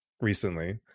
recently